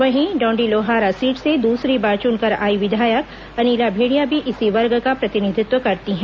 वहीं डौंडीलोहारा सीट से दूसरी बार चुनकर आई विधायक अनिला भेड़िया भी इसी वर्ग का प्रतिनिधित्व करती हैं